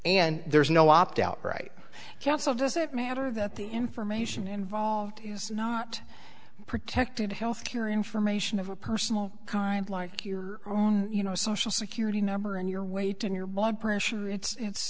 and there's no opt out right counsel does it matter that the information involved is not protected health care information of a personal kind like your own you know social security number and your weight in your blood pressure it's